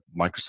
Microsoft